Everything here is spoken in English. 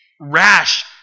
rash